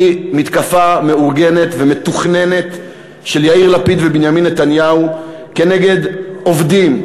הוא מתקפה מאורגנת ומתוכננת של יאיר לפיד ובנימין נתניהו כנגד עובדים,